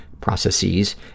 processes